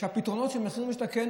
שהפתרונות של המחיר למשתכן,